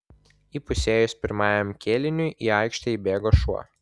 įpusėjus pirmajam kėliniui į aikštę įbėgo šuo